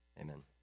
amen